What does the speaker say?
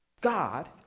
God